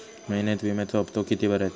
महिन्यात विम्याचो हप्तो किती भरायचो?